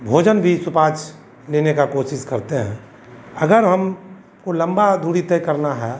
भोजन भी सुपाच्य लेने की कोशिश करते हैं अगर हमको लम्बी दूरी तय करनी है